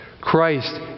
Christ